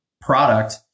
product